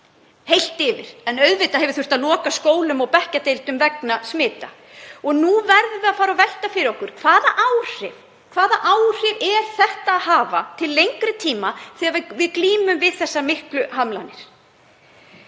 heilt yfir en auðvitað hefur þurft að loka skólum og bekkjardeildum vegna smita. Nú verðum við að fara að velta fyrir okkur hvaða áhrif þetta hefur til lengri tíma þegar við glímum við þessar miklu hamlanir.